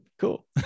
Cool